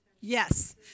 Yes